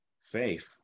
faith